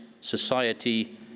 society